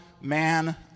man